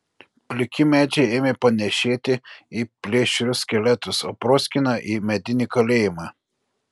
pliki medžiai ėmė panėšėti į plėšrius skeletus o proskyna į medinį kalėjimą